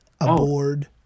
aboard